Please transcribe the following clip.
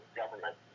government